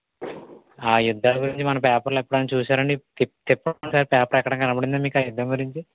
ఆ యుద్ధాలు గురించి మన పేపర్లో ఎప్పుడన్నా చూశారండి చెప్పు చెప్పండి ఒకసారి పేపరు ఎక్కడన్నా కనిపించిందా ఆ యుద్ధం గురించి